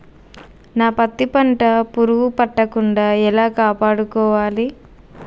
నా పత్తి పంట పురుగు పట్టకుండా ఎలా కాపాడుకోవాలి?